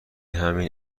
همین